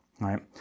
right